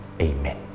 Amen